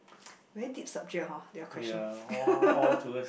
very deep subject hor your question